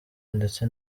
ndetse